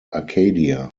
arcadia